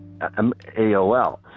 AOL